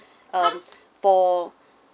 um for